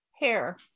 Hair